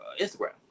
Instagram